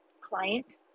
client